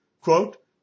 quote